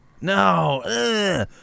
No